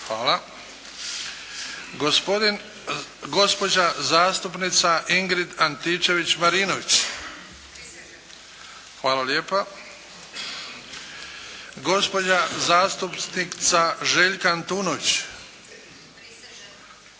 Ivo Andrić, gospođa zastupnica Ingrid Antičević-Marinović - prisežem, gospođa zastupnica Željka Antunović –